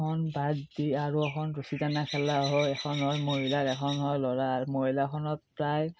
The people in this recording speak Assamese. খন বাদ দি আৰু এখন ৰছী টানা খেলা হয় এখন হয় মহিলাৰ এখন হয় ল'ৰাৰ মহিলাৰখনত প্ৰায়